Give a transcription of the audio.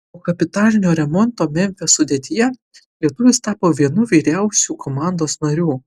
po kapitalinio remonto memfio sudėtyje lietuvis tapo vienu vyriausių komandos narių